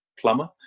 plumber